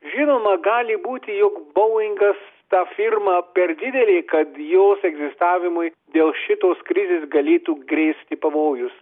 žinoma gali būti jog boingas ta firma per didelė kad jos egzistavimui dėl šitos krizės galėtų grėsti pavojus